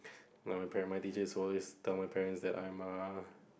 no my parents my teachers always tell my parents that I'm err